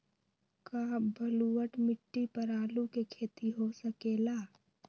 का बलूअट मिट्टी पर आलू के खेती हो सकेला?